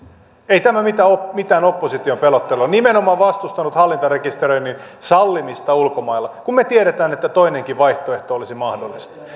ei tämä mitään opposition pelottelua ole nimenomaan vastustanut hallintarekisteröinnin sallimista ulkomailla kun me tiedämme että toinenkin vaihtoehto olisi mahdollista